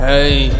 Hey